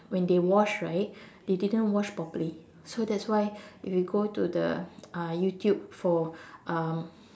when they wash right they didn't wash properly so that's why if you go to the uh YouTube for um